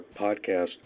podcast